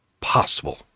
possible